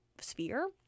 sphere